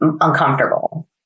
uncomfortable